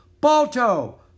Balto